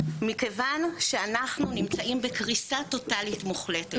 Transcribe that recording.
מכיוון שאנחנו נמצאים בקריסה טוטאלית מוחלטת.